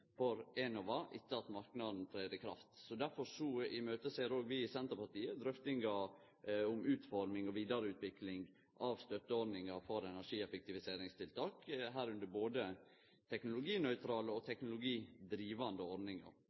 for Enova etter at marknaden trer i kraft. Difor ser òg vi i Senterpartiet fram til drøftingar om utforming og vidareutvikling av støtteordningar for energieffektiviseringstiltak, både teknologinøytrale og